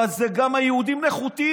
אבל זה גם היהודים נחותים.